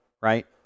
right